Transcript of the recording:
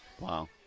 Wow